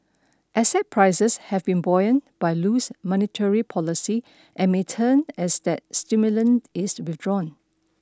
asset prices have been by loose monetary policy and may turn as that is withdrawn